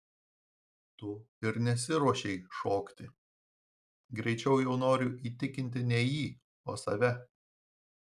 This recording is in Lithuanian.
tu ir nesiruošei šokti greičiau jau noriu įtikinti ne jį o save